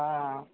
हाँ